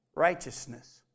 righteousness